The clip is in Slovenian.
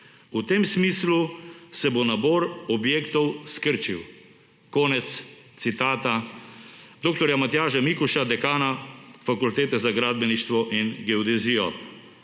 V tem smislu se bo nabor objektov skrčil«. Konec citata dr. Matjaža Mikoša, dekana Fakultete za gradbeništvo in geodezijo.